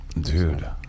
dude